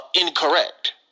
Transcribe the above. incorrect